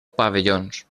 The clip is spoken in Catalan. pavellons